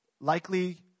likely